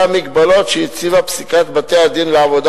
והמגבלות שהציבה פסיקת בתי-הדין לעבודה